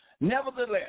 nevertheless